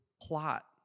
plot